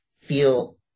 feel